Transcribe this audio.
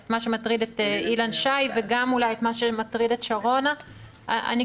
מה שמטריד את אילן שי וגם אולי את מה שמטריד את שרונה עבר הדני.